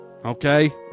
Okay